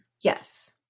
yes